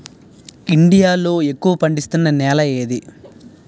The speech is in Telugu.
ఇండియా లో ఎక్కువ పండిస్తున్నా నేల ఏది?